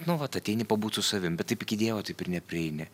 nu vat ateini pabūt su savimi bet taip iki dievo taip ir neprieini